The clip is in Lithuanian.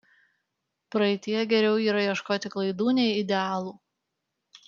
praeityje geriau yra ieškoti klaidų nei idealų